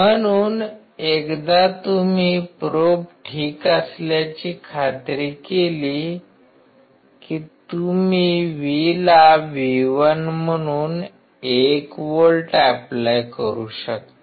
म्हणून एकदा तुम्ही प्रोब ठीक असल्याची खात्री केली की तुम्ही V ला V1 म्हणून १ व्होल्ट ऎप्लाय करू शकता